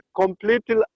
completely